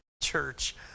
church